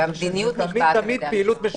ככה שזה תמיד פעילות משותפת.